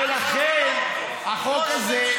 ולכן החוק הזה,